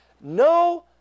No